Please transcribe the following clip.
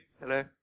Hello